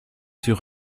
sur